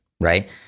right